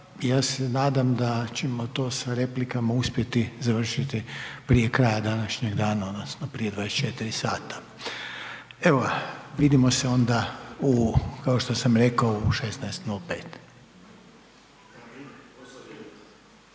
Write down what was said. ja se nadam da ćemo to sa replikama uspjeti završiti prije kraja današnjeg dana odnosno prije 24,00 sata. Evo, vidimo se kao što sam rekao u 16,05.